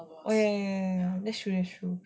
oh ya ya ya that's true that's true